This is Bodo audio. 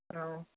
औ